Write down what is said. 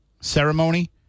ceremony